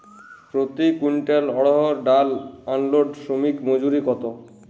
প্রতি কুইন্টল অড়হর ডাল আনলোডে শ্রমিক মজুরি কত?